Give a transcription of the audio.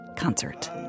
Concert